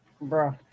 Bro